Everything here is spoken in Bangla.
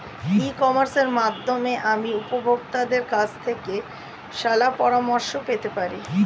ই কমার্সের মাধ্যমে আমি উপভোগতাদের কাছ থেকে শলাপরামর্শ পেতে পারি?